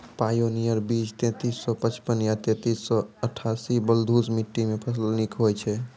Pioneer बीज तेंतीस सौ पचपन या तेंतीस सौ अट्ठासी बलधुस मिट्टी मे फसल निक होई छै?